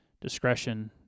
discretion